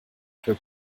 für